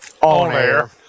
on-air